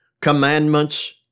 commandments